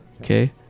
Okay